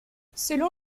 selon